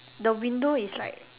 the window is like